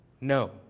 No